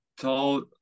told